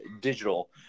digital